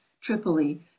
Tripoli